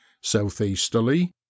Southeasterly